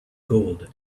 gold